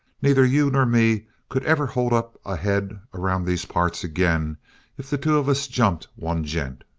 neither you nor me could ever hold up a head around these parts again if the two of us jumped one gent.